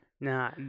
Nah